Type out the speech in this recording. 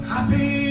Happy